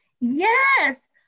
Yes